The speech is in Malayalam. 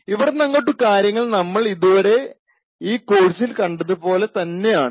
ഇവിടന്നങ്ങോട്ടു കാര്യങ്ങൾ നമ്മൾ ഇതുവരെ ഈ കോഴ്സിൽ കണ്ടത് പോലെ തന്നെ ആണ്